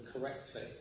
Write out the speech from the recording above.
correctly